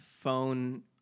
phone